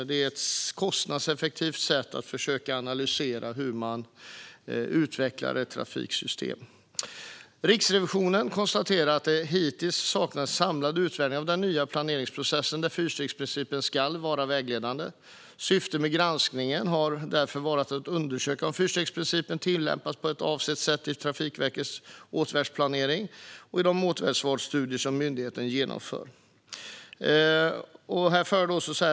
Det är ett kostnadseffektivt sätt att försöka analysera hur man utvecklar ett trafiksystem. Riksrevisionen konstaterar att det hittills saknas en samlad utvärdering av den nya planeringsprocessen där fyrstegsprincipen ska vara vägledande. Syftet med granskningen har därför varit att undersöka om fyrstegsprincipen tillämpas på avsett sätt i Trafikverkets åtgärdsplanering och i de åtgärdsvalsstudier som myndigheten genomför.